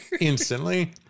instantly